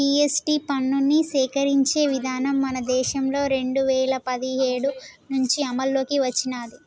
GST పన్నుని సేకరించే విధానం మన దేశంలో రెండు వేల పదిహేడు నుంచి అమల్లోకి వచ్చినాది